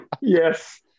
Yes